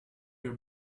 your